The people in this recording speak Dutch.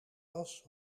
was